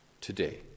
today